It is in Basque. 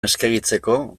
eskegitzeko